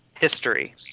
history